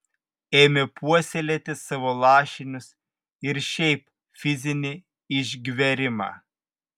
ėmė puoselėti savo lašinius ir šiaip fizinį išgverimą